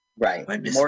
Right